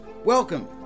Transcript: Welcome